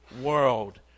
world